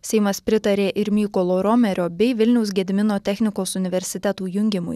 seimas pritarė ir mykolo romerio bei vilniaus gedimino technikos universitetų jungimui